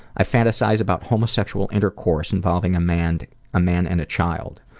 i fantasize about homosexual intercourse involving a man a man and a child.